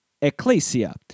ecclesia